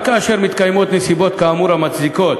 כאשר מתקיימות נסיבות כאמור המצדיקות